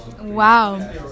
Wow